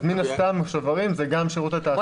אז מן הסתם השוברים זה גם שירות התעסוקה.